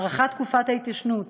הארכת תקופת ההתיישנות